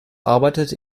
arbeitet